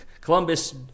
Columbus